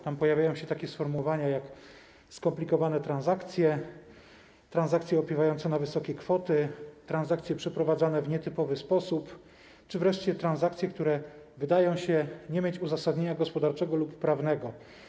Tam pojawiają się takie sformułowania jak: skomplikowane transakcje, transakcje opiewające na wysokie kwoty, transakcje przeprowadzane w nietypowy sposób czy wreszcie transakcje, które wydają się nie mieć uzasadnienia gospodarczego lub prawnego.